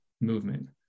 movement